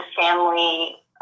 family